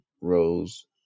Rose